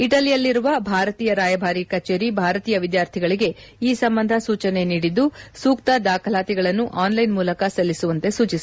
ಇಟಲಿಯಲ್ಲಿರುವ ಭಾರತೀಯ ರಾಯಭಾರಿ ಕಚೇರಿ ಭಾರತೀಯ ವಿದ್ಗಾರ್ಥಿಗಳಿಗೆ ಈ ಸಂಬಂಧ ಸೂಚನೆ ನೀಡಿದ್ಲು ಸೂಕ್ತ ದಾಖಲಾತಿಗಳನ್ನು ಆನ್ಲೈನ್ ಮೂಲಕ ಸಲ್ಲಿಸುವಂತೆ ಸೂಚಿಸಿದೆ